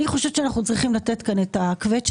אני חושבת שאנחנו צריכים לתת כאן את הקווצ'